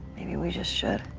maybe we just should.